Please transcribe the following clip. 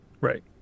Right